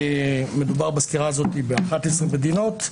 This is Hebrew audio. מדובר בסקירה הזאת ב-11 מדינות,